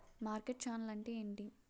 Market channel అంటే ఏంటి?